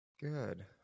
Good